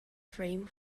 frame